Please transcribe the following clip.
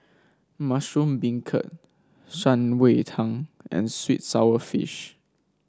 Mushroom Beancurd Shan Rui Tang and sweet sour fish